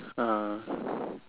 (uh huh)